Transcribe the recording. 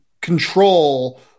control